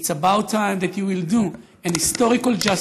It's about time that you will do a historical justice